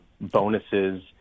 bonuses